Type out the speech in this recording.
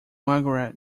margaret